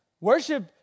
Worship